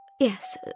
Yes